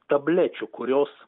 tablečių kurios